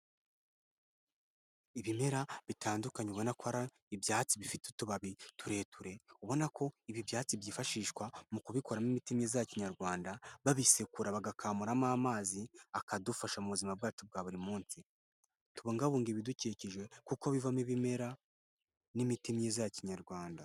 Ibimera bitandukanye ubona ko ibyatsi bifite utubabi tureture, ubona ko ibi byatsi byifashishwa mukubikoramo imitima myiza ya kinyarwanda, babisekura bagakamuramo amazi akadufasha mu buzima bwacu bwa buri munsi. Tubungabunga ibidukikije kuko bivamo ibimera, n'imiti myiza ya kinyarwanda.